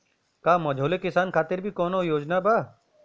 का मझोले किसान खातिर भी कौनो योजना बा?